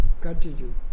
continue